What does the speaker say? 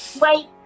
Wait